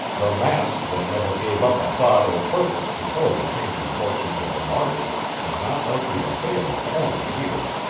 the mask that never gave up a thought or purpose before the changing fortunes of the market was not likely to fail its owner here.